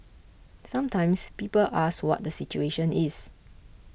sometimes people ask what the situation is